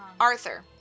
Arthur